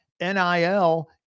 NIL